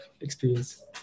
experience